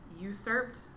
usurped